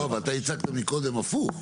לא, אבל אתה הצגת מקודם הפוך.